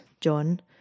John